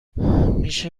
میشه